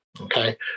Okay